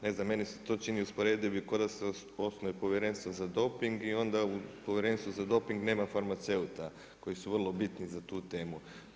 Ne znam, meni se to čini usporedio bi ko da se osnuje povjerenstvo za doping i onda u povjerenstvu za doping nema farmaceuta koji su vrlo bitni za tu temu.